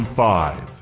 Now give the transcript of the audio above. five